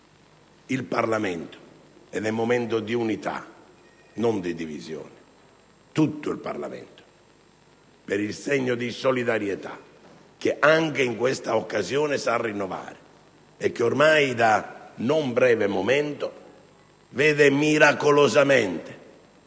il Parlamento - è un momento di unità e non di divisione - per il segno di solidarietà che anche in questa occasione sa rinnovare e che, ormai da non breve momento, vede miracolosamente,